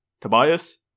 Tobias